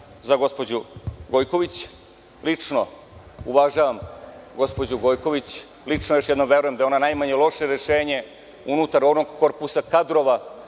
za gospođu Gojković. Lično, uvažavam gospođu Gojković. Lično, još jednom, verujem da je ona najmanje loše rešenje unutar onog korpusa kadrova